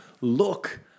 look